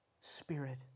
spirit